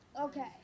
Okay